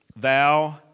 Thou